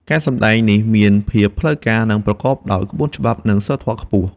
ការសម្តែងនេះមានភាពផ្លូវការ និងប្រកបដោយក្បួនច្បាប់និងសីលធម៌ខ្ពស់។